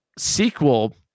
sequel